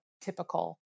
typical